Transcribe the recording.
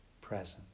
present